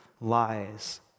lies